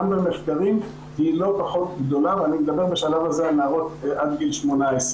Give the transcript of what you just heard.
אם הם יפנו אלינו בזמן את הנערות האלו,